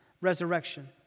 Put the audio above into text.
resurrection